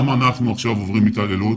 גם אנחנו עכשיו עוברים התעללות